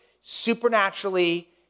supernaturally